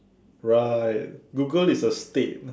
right Google is a stain